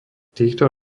týchto